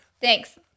Thanks